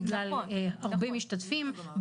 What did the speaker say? בגלל הרבה משתתפים,